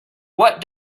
what